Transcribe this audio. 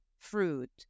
fruit